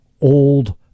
old